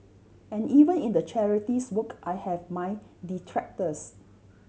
and even in the charities work I have my detractors